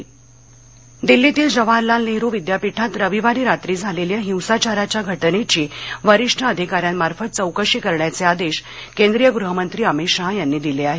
जे N U दिल्लीतील जवाहरलाल नेहरू विद्यापीठामध्ये रविवारी रात्री झालेल्या हिंसाचाराच्या घटनेघी वरिष्ठ अधिकाऱ्यांमार्फत चौकशी करण्याचे आदेश केंद्रीय गहमंत्री अमित शाह यांनी दिले आहेत